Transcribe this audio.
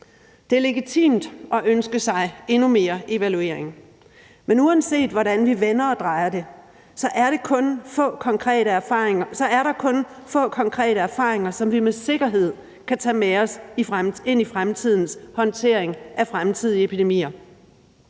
Det er legitimt at ønske sig endnu mere evaluering. Men uanset hvordan vi vender og drejer det, er der kun få konkrete erfaringer, som vi med sikkerhed kan tage med os ind i fremtidens håndtering af fremtidige epidemier.